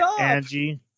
Angie